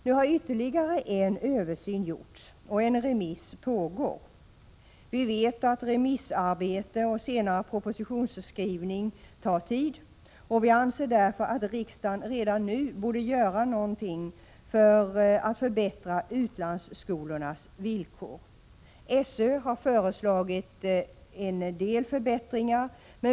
Nu har ytterligare en översyn gjorts, och en remissbehandling pågår. Vi vet att remissarbete och senare propositionsskrivning tar tid. Vi anser därför att riksdagen redan nu borde göra något för att förbättra utlandsskolornas villkor. SÖ har föreslagit en del förbättringar.